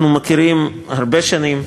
אנחנו מכירים הרבה שנים,